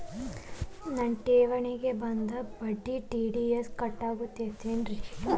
ನನ್ನ ಠೇವಣಿಗೆ ಬಂದ ಬಡ್ಡಿಗೆ ಟಿ.ಡಿ.ಎಸ್ ಕಟ್ಟಾಗುತ್ತೇನ್ರೇ?